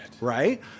right